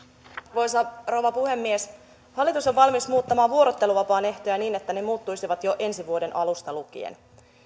arvoisa rouva puhemies hallitus on valmis muuttamaan vuorotteluvapaan ehtoja niin että ne muuttuisivat jo ensi vuoden alusta lukien